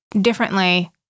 differently